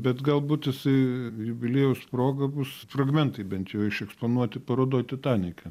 bet galbūt jisai jubiliejaus proga bus fragmentai bent jau išeksponuoti parodoj titanike